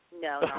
No